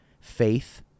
Faith